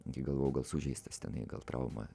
gi galvojau gal sužeistas tenai gal trauma